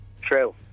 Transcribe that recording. True